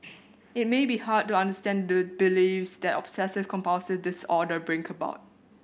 it may be hard to understand the beliefs that obsessive compulsive disorder bring about